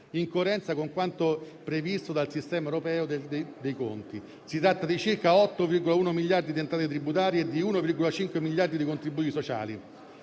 in coerenza con quanto previsto dal sistema europeo dei conti. Si tratta di circa 8,1 miliardi di entrate tributarie e di 1,5 miliardi di contributi sociali.